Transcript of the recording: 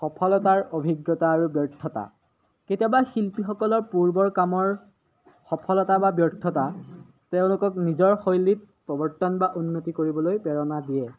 সফলতাৰ অভিজ্ঞতা আৰু ব্যৰ্থতা কেতিয়াবা শিল্পীসকলৰ পূৰ্বৰ কামৰ সফলতা বা ব্যৰ্থতা তেওঁলোকক নিজৰ শৈলীত প্ৰৱৰ্তন বা উন্নতি কৰিবলৈ প্ৰেৰণা দিয়ে